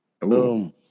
Boom